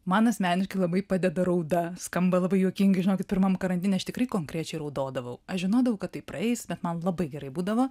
man asmeniškai labai padeda rauda skamba labai juokingai žinokit pirmam karantine aš tikrai konkrečiai raudodavau aš žinodavau kad tai praeis bet man labai gerai būdavo